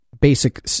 basic